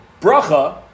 Bracha